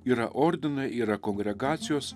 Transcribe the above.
yra ordinai yra kongregacijos